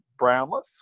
Brownless